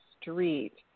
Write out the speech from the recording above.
street